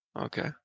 Okay